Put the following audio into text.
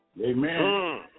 Amen